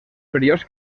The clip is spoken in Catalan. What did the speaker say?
perillós